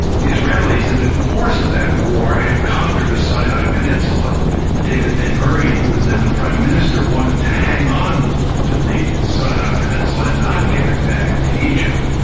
the israelis in the course of that war had conquered the sinai peninsula and david ben-gurion, who was then the prime minister, wanted to hang on to the sinai peninsula and not give it back to egypt.